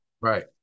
right